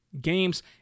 Games